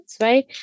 right